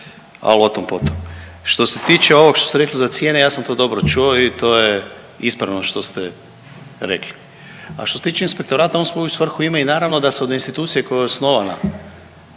al o tom potom. Što se tiče ovog što ste rekli za cijene, ja sam to dobro čuo i to je ispravno što ste rekli. A što se tiče inspektorata on svoju svrhu ima i naravno da se od institucije koja je osnovana